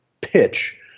pitch